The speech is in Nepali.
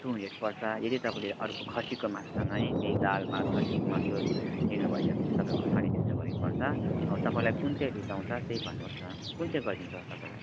टु हन्ड्रेड पर्छ यदि तपाईँले अर्को खसीको मासुसँगै केही दाल भात खसीको मासु लिनु भएछ भने त्यो तपाईँको साढे तिन सय करिब पर्छ अब तपाईँलाई कुन चाहिँ रुचाउँछ त्यही भन्नुहोस् न कुन चाहिँ गरिदिऊँ सर तपाईँलाई